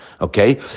okay